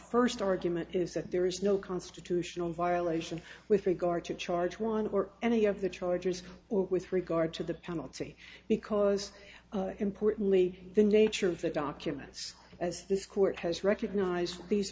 first argument is that there is no constitutional violation with regard to charge one or any of the chargers with regard to the penalty because importantly the nature of the documents as this court has recognized these